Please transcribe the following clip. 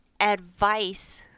advice